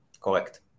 Correct